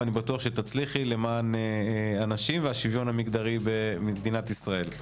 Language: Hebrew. ובטוח שתצליחי למען הנשים והשוויון המגדרי במדינת ישראל.